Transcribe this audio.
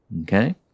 Okay